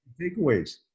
takeaways